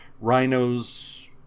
Rhino's